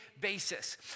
basis